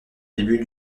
début